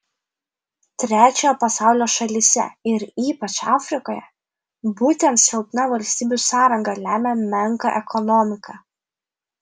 trečiojo pasaulio šalyse ir ypač afrikoje būtent silpna valstybių sąranga lemia menką ekonomiką